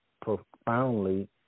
profoundly